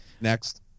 Next